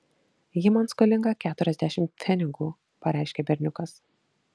ji man skolinga keturiasdešimt pfenigų pareiškė berniukas